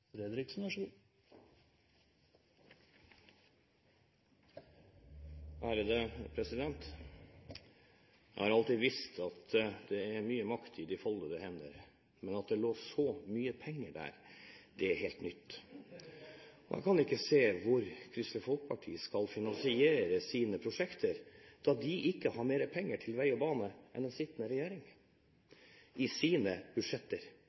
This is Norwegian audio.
Jeg har alltid visst at det er mye makt i de foldede hender, men at det lå så mye penger der, er helt nytt! Jeg kan ikke se hvordan Kristelig Folkeparti skal finansiere sine prosjekter, da de ikke har mer penger til vei og bane enn den sittende regjering har i sine budsjetter.